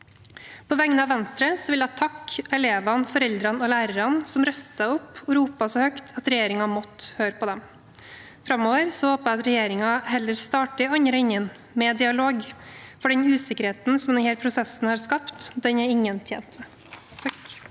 På vegne av Venstre vil jeg takke elevene, foreldrene og lærerne som reiste seg opp og ropte så høyt at regjeringen måtte høre på dem. Framover håper jeg at regjeringen heller starter i den andre enden, med dialog, for den usikkerheten som denne prosessen har skapt, er ingen tjent med.